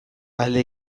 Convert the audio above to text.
alde